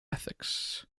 ethics